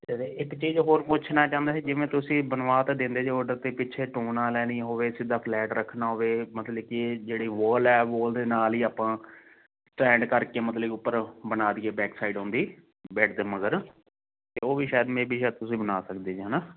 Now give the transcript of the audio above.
ਤੇ ਇੱਕ ਚੀਜ ਹੋਰ ਪੁੱਛਣਾ ਚਾਹੁੰਦਾ ਸੀ ਜਿਵੇਂ ਤੁਸੀਂ ਬਣਵਾ ਤਾਂ ਦਿੰਦੇ ਜੇ ਓਡਰ ਪਿੱਛੇ ਢੋ ਨਾਲ ਲੈਣੀ ਹੋਵੇ ਸਿੱਧਾ ਫਲੈਟ ਰੱਖਣਾ ਹੋਵੇ ਮਤਲਬ ਕੀ ਜਿਹੜੀ ਵੋਲ ਐ ਵੋਲ ਦੇ ਨਾਲ ਈ ਆਪਾਂ ਸਟੈਂਡ ਕਰਕੇ ਮਤਲਬ ਕੀ ਉੱਪਰ ਬਣਾ ਦੇਈਏ ਬੈਕ ਸੈਡ ਉਨ ਦੀ ਬੈੱਡ ਦੇ ਮਗਰ ਉਹ ਵੀ ਸ਼ੈਦ ਮੇ ਬੀ ਸ਼ੈਦ ਤੁਸੀਂ ਬਣਾ ਸਕਦੇ ਜੇ ਹੈਨਾ